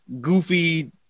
goofy